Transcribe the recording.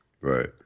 Right